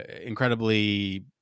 incredibly